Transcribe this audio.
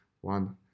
One